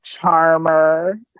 charmer